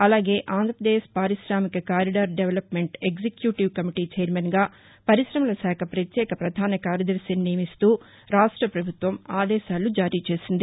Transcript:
అలాగే Andhra Pradesh పారికామిక corridor development executive committee ఛైర్మన్గా పర్శిశమల శాఖ పత్యేక పధాన కార్యదర్శిని నియమిస్తూ ఆదేశాలు జారీ చేసింది